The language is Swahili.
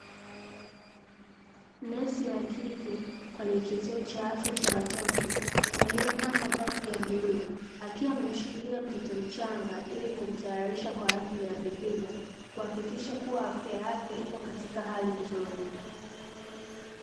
Nesi wakike kwenye kituo cha afya cha watoto aliyevaa mavazi ya bluu, akiwa amemshikilia mtoto mchanga ili kumtayarisha kwa ajili ya vipimo kuhakikisha kuwa afya yake iko katika hali nzuri.